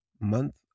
month